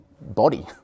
body